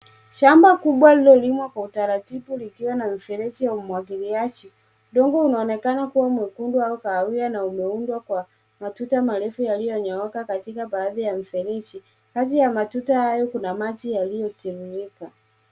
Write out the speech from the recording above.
Shamba kubwa lililolimwa kwa utaratibu likiwa na mifereji ya umwagiliaji. Udongo unaonekana kuwa mwekundu au kahawia na umeundwa kwa matuta marefu yaliyonyooka katika baadhi ya mifereji. Kati ya matuta hayo kuna maji yaliyotiririka.